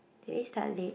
did we start late